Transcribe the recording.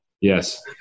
Yes